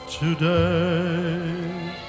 Today